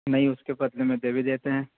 نئی اس کے بدلے میں دے بھی دیتے ہیں